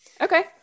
okay